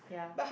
ya